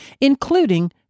including